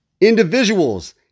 Individuals